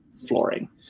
flooring